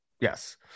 Yes